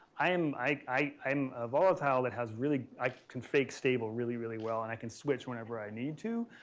i am, i, i, i am a volatile that has really, i can fake stable really, really well and i can switch whenever i need to.